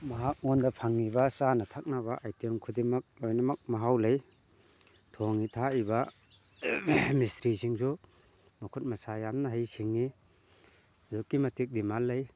ꯃꯍꯥꯛꯉꯣꯟꯗ ꯐꯪꯂꯤꯕ ꯆꯥꯅ ꯊꯛꯅꯕ ꯑꯥꯏꯇꯦꯝ ꯈꯨꯗꯤꯡꯃꯛ ꯂꯣꯏꯅꯃꯛ ꯃꯍꯥꯎ ꯂꯩ ꯊꯣꯡꯂꯤ ꯊꯥꯛꯂꯤꯕ ꯃꯤꯁꯇ꯭ꯔꯤꯁꯤꯡꯁꯨ ꯃꯈꯨꯠ ꯃꯁꯥ ꯌꯥꯝꯅ ꯍꯩꯁꯤꯡꯉꯤ ꯑꯗꯨꯛꯀꯤ ꯃꯇꯤꯛ ꯗꯤꯃꯥꯟ ꯂꯩ